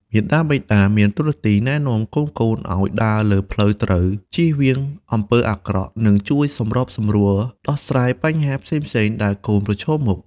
មាតាបិតាមានតួនាទីណែនាំកូនៗឲ្យដើរលើផ្លូវត្រូវ ចៀសវាងអំពើអាក្រក់ និងជួយសម្របសម្រួលដោះស្រាយបញ្ហាផ្សេងៗដែលកូនប្រឈមមុខ។